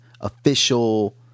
official